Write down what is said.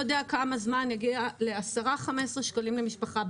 יודע כמה זמן יגיע ל-10,15 שקלים למשפחה.